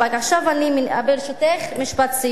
עכשיו, ברשותך, משפט סיום.